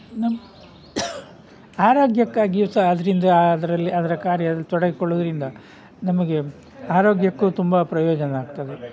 ನಮ್ಮ ಆರೋಗ್ಯಕ್ಕಾಗಿಯೂ ಸಹ ಅದರಿಂದ ಅದರಲ್ಲಿ ಅದರ ಕಾರ್ಯದಲ್ಲಿ ತೊಡಗಿಕೊಳ್ಳುವುದರಿಂದ ನಮಗೆ ಆರೋಗ್ಯಕ್ಕೂ ತುಂಬ ಪ್ರಯೋಜನ ಆಗ್ತದೆ